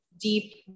deep